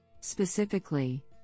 Specifically